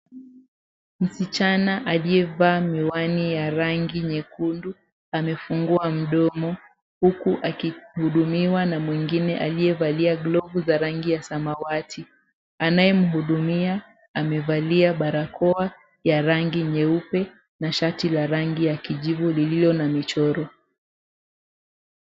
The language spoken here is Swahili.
Msichana aliyevaa miwani ya rangi nyekundu amefungua mdomo huku akihudumiwa na mwingine aliyevalia glavu za rangi ya samawati, anayemhudumia amevalia barakoa ya rangi nyeupe na shati ya rangi ya kijivu lililo na michoro.